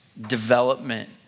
development